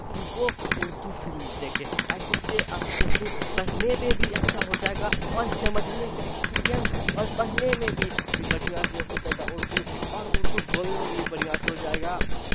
کہ وہ اردو فلم دیکھے تاکہ اس سے آپ کو اردو پڑھنے میں بھی اچھا ہو جائے گا اور سمجھنے کا ایکسپیرینس اور پڑھنے میں بھی یہ بڑھیا سے ہو جائے گا اردو اور اردو بولنے بھی بڑھیا سے ہو جائے گا